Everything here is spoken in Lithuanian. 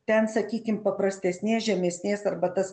ten sakykim paprastesnės žemesnės arba tas